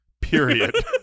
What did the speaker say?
Period